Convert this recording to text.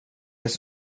ens